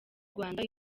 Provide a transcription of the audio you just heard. rwanda